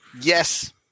yes